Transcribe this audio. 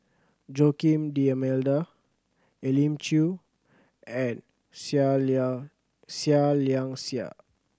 Joaquim D'Almeida Elim Chew and Seah Liang Seah Liang Seah